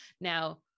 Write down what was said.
now